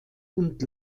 und